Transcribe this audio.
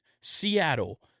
Seattle